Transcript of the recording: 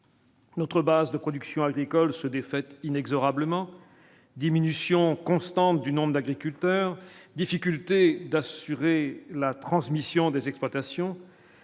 Notre base de production agricole se défaite inexorablement diminution constante du nombre d'agriculteurs, difficulté d'assurer la transmission des exploitations.